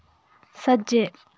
सज्जे